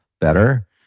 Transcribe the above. better